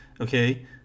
okay